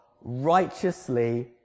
righteously